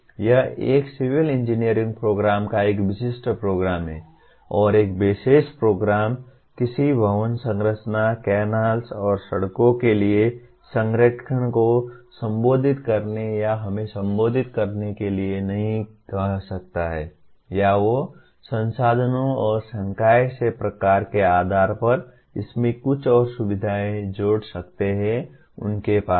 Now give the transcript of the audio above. यह एक civil engineering program का एक विशिष्ट प्रोग्राम है और एक विशेष प्रोग्राम किसी भवन संरचना कैनाल्स और सड़कों के लिए संरेखण को संबोधित करने या हमें संबोधित करने के लिए नहीं कह सकता है या वे संसाधनों और संकाय के प्रकार के आधार पर इसमें कुछ और सुविधाएँ जोड़ सकते हैं उनके पास है